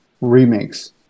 remakes